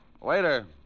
Waiter